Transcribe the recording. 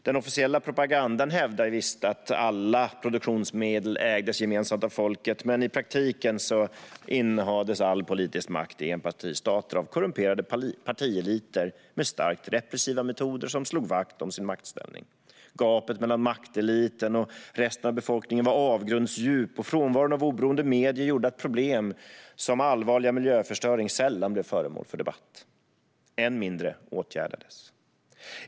Den officiella propagandan hävdade förvisso att alla produktionsmedel ägdes gemensamt av folket, men i praktiken innehades all politisk makt i enpartistater av korrumperade partieliter med starkt repressiva metoder som slog vakt om sin maktställning. Gapet mellan makteliten och resten av befolkningen var avgrundsdjupt. Och frånvaron av oberoende medier gjorde att problem, som allvarlig miljöförstöring, sällan blev föremål för debatt, än mindre åtgärdades.